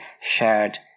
shared